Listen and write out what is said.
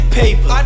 paper